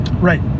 Right